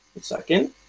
second